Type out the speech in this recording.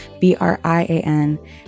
B-R-I-A-N